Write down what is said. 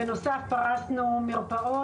בנוסף, פרסנו מרפאות.